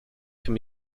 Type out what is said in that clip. can